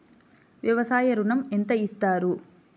వ్యవసాయ ఋణం ఎంత ఇస్తారు?